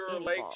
Lake